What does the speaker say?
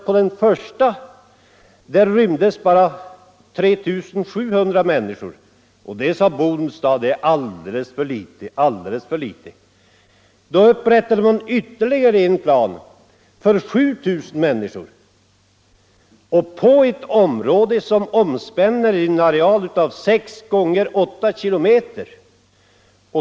I den första rymdes nämligen bara 3 700 människor, och det ansåg Bodens kommun vara alldeles för litet. Den andra planen upprättades för 7 000 människor inom ett område av 6 x 8 km.